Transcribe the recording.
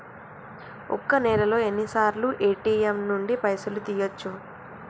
ఒక్క నెలలో ఎన్నిసార్లు ఏ.టి.ఎమ్ నుండి పైసలు తీయచ్చు?